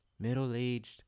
Middle-aged